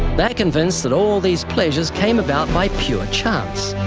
they're convinced that all these pleasures came about by pure chance,